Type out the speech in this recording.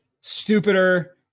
stupider